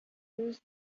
use